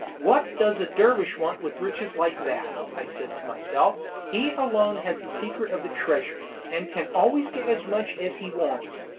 what does a dervish want with riches like that? i said to myself. he alone has the secret of the treasure, and can always get as much as he wants,